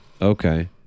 Okay